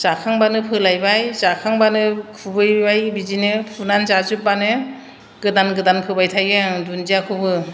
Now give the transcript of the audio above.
जाखांबानो फोलायबाय जाखांबानो खुबैबाय बिदिनो फुनानै जाजोब्बानो गोदान गोदान फोबाय थायो आं दुनदियाखौबो